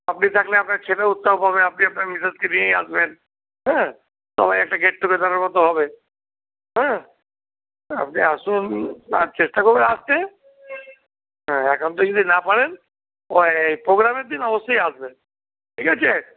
আপনি থাকলে আপনার ছেলেও উৎসাহ পাবে আপনি আপনার মিসেসকে নিয়েই আসবেন হ্যাঁ সবাই একটা গেট টুগেদারের মত হবে হ্যাঁ আপনি আসুন আর চেষ্টা করবেন আসতে হ্যাঁ একান্তই যদি না পারেন প্রোগ্রামের দিন অবশ্যই আসবেন ঠিক আছে